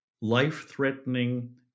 life-threatening